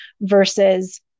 versus